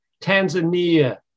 Tanzania